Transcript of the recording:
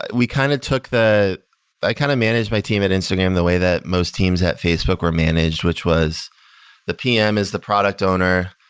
we kind of took the i kind of managed my team at instagram the way that most teams at facebook were managed, which was the pm is the product owner,